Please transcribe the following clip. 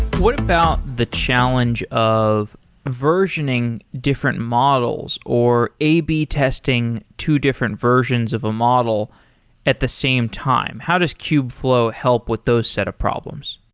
what about the challenge of versioning different models, or ab testing two different versions of a model at the same time? how does kubeflow help with those set of problems?